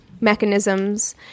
mechanisms